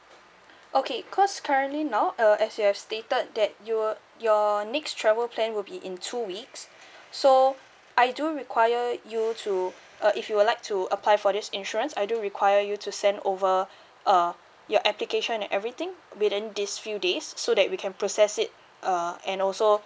okay cause currently now uh as you have stated that you will your next travel plan will be in two weeks so I do require you to uh if you would like to apply for this insurance I do require you to send over uh your application and everything within these few days so that we can process it uh and also